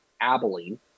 Abilene